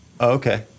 Okay